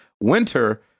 Winter